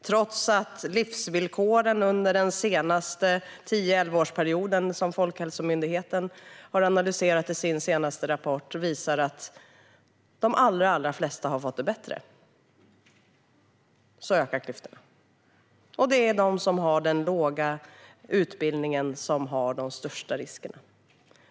Trots att livsvillkoren under den senaste period på tio elva år som Folkhälsomyndigheten har analyserat i sin senaste rapport visar att de allra flesta har fått det bättre ökar klyftorna. Och det är de med låg utbildning som löper de största riskerna.